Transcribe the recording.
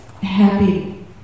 happy